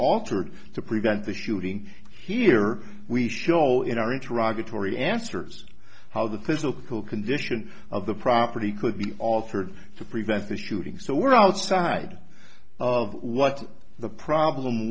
altered to prevent the shooting here we show in our interactive torrie answers how the physical condition of the property could be altered to prevent the shooting so we're outside of what the problem